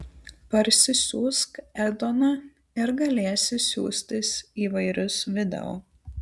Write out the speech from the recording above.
parsisiųsk edoną ir galėsi siųstis įvairius video